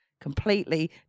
completely